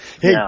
Hey